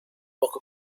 poco